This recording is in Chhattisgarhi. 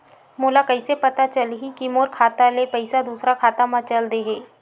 मोला कइसे पता चलही कि मोर खाता ले पईसा दूसरा खाता मा चल देहे?